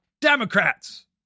Democrats